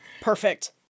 Perfect